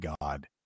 god